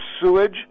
sewage